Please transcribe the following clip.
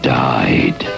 died